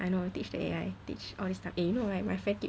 I know you teach the A_I teach or is the eh you know right my friend